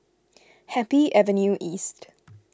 Happy Avenue East